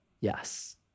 Yes